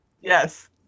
Yes